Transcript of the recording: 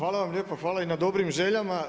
Hvala vam lijepo, hvala i na dobrim željama.